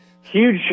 Huge